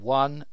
one